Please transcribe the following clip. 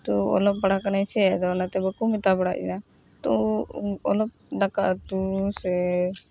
ᱛᱚ ᱚᱞᱚᱜ ᱯᱟᱲᱦᱟᱜ ᱠᱟᱱᱟᱹᱧ ᱥᱮ ᱟᱫᱚ ᱚᱱᱟᱛᱮ ᱵᱟᱠᱚ ᱢᱮᱛᱟ ᱵᱟᱲᱟ ᱟᱹᱧᱟᱹ ᱛᱚ ᱚᱞᱚᱜ ᱫᱟᱠᱟ ᱩᱛᱩ ᱥᱮ